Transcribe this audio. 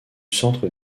centre